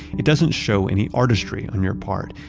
it doesn't show any artistry on your part,